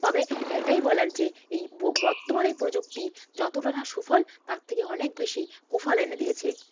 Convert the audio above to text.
তবে এটাই বলার যে এই বর্তমান এই প্রযুক্তি যতটা না সুফল তার থেকে অনেক বেশি কুফল এনে দিয়েছে